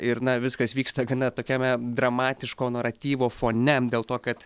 ir na viskas vyksta gana tokiame dramatiško naratyvo fone dėl to kad